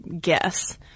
guess